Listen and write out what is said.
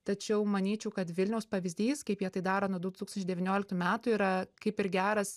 tačiau manyčiau kad vilniaus pavyzdys kaip jie tai daro nuo du tūkstančiai devynioliktų metų yra kaip ir geras